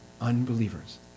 unbelievers